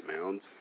mounds